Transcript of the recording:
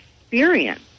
experience